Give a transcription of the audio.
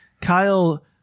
Kyle